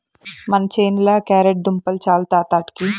మన చేనుల క్యారెట్ దుంపలు చాలు తాత ఆటికి